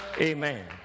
Amen